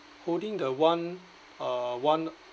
holding the one uh one